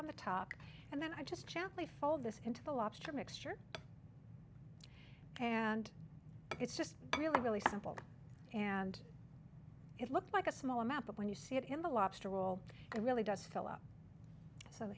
on the top and then i just champney fold this into the lobster mixture and it's just really really simple and it looks like a small amount but when you see it in the lobster roll it really does fill up so